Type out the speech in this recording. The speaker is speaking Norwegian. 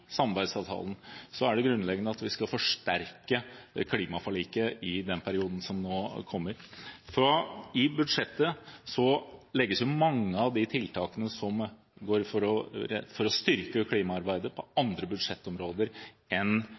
den perioden som nå kommer. I budsjettet legges mange av de tiltakene som går på å styrke klimaarbeidet på andre budsjettområder enn